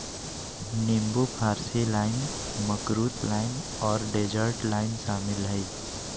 नींबू फारसी lime, makrut lime और डेजर्ट लाइम शामिल हइ